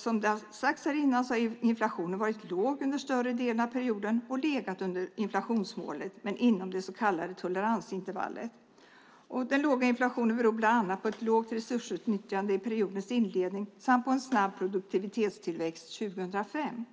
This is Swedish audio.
Som det har sagts innan har inflationen varit låg under större delen av perioden och legat under inflationsmålet men inom det så kallade toleransintervallet. Den låga inflationen beror bland annat på ett lågt resursutnyttjande i periodens inledning samt på en snabb produktivitetstillväxt 2005.